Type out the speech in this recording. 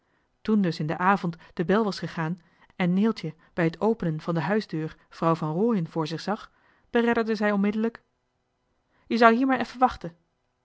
toen dus in den avond de bel gegaan was en neeltje bij het openen van de huisdeur vrouw van rooien vr zich zag beredderde zij onmiddellijk je zou hier maar effe wachten